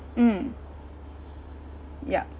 mm yup